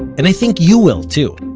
and i think you will too.